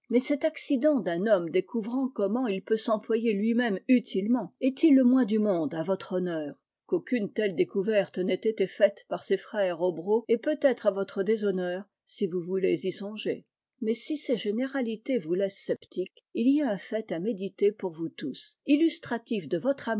mais cet accident d'un homme découvrant comment il peut s'employer lui-même utilement est-il le moins du monde à votre honneur qu'aucune telle découverte n'ait été faite par ses frères hobereaux est peut-être à votre déshonneur si vous voulez y songer mais si ces généralités vous laissent sceptiques il y a un fait à méditer pour vous tous